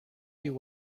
you